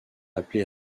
appelé